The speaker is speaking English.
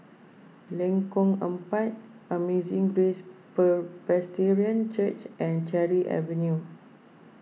Lengkong Empat Amazing Grace Per Presbyterian Church and Cherry Avenue